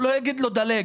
הוא לא יגיד לו לדלג.